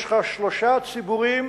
יש לך שלושה ציבורים